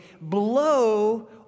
blow